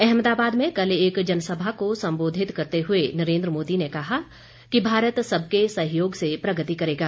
अहमदाबाद में कल एक जनसभा को सम्बोधित करते हुए नरेंद्र मोदी ने कहा कि भारत सबके सहयोग से प्रगति करेगा